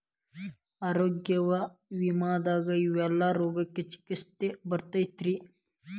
ಆರೋಗ್ಯ ವಿಮೆದಾಗ ಯಾವೆಲ್ಲ ರೋಗಕ್ಕ ಚಿಕಿತ್ಸಿ ಬರ್ತೈತ್ರಿ?